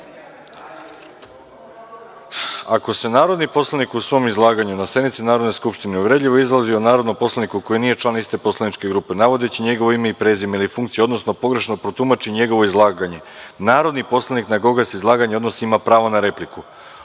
se narodni poslanik u svom izlaganju na sednici Narodne skupštine uvredljivo izrazi o narodnom poslaniku koji nije član iste poslaničke grupe, navodeći njegovo ime i prezime ili funkciju, odnosno pogrešno protumači njegovo izlaganje, narodni poslanik na koga se izlaganje odnosi ima pravo na repliku.